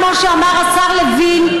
כמו שאמר השר לוין,